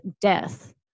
death